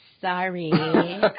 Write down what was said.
Sorry